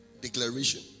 declaration